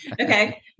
okay